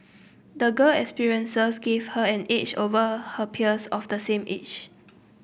the girl experiences gave her an edge over her peers of the same age